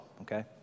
Okay